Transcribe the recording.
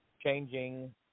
changing